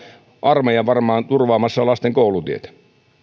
armeija varmaan turvaamassa lasten koulutietä